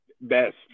best